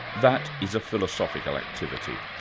that is a philosophical activity,